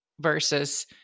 versus